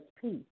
peace